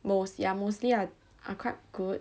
most ya mostly are are quite good